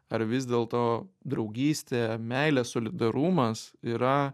ar vis dėlto draugystė meilė solidarumas yra